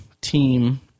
team